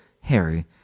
Harry